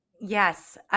yes